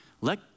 Let